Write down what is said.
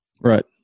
right